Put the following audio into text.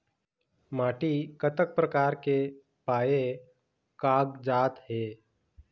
माटी कतक प्रकार के पाये कागजात हे?